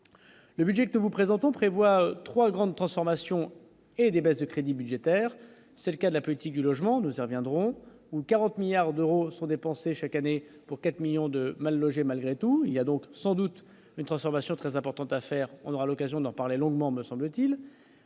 le budget que nous vous présentons prévoit 3 grandes transformations et des baisses de crédits budgétaires, c'est le cas de la politique du logement, nous en viendrons ou 40 milliards d'euros sont dépensés chaque année pour 4 millions de mal logés, malgré tout, il y a donc sans doute les transformations très importantes à faire, on aura l'occasion d'en parler longuement, me semble-t-il,